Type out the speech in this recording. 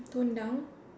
tone down